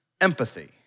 empathy